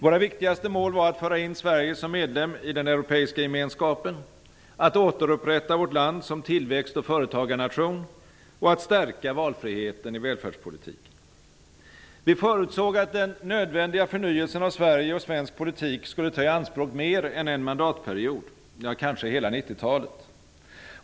Våra viktigaste mål var att föra in Sverige som medlem i den europeiska gemenskapen, att återupprätta vårt land som tillväxt och företagarnation och att stärka valfriheten i välfärdspolitiken. Vi förutsåg att den nödvändiga förnyelsen av Sverige och svensk politik skulle ta i anspråk mer än en mandatperiod -- ja, kanske hela 90-talet.